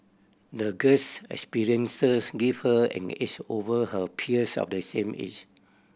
the girl's experiences give her an edge over her peers of the same age